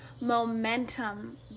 momentum